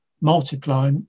multiply